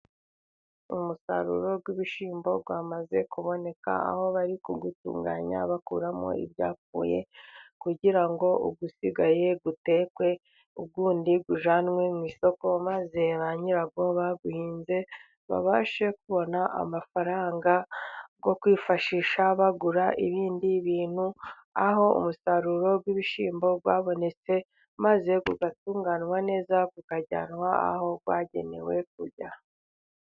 Umusaruro w'ibishyimbo wamaze kuboneka, aho bari kuwutunganya bakuramo ibyapfuye, kugira ngo usigaye utekwe, undi ujyanwe mu isoko, maze ba nyirawo baguhinze, babashe kubona amafaranga yo kwifashisha, bagura ibindi bintu, aho umusaruro w 'ibishyimbo byabonetse maze ugatunganywa neza, ukajyanwa aho bagenewe kujya.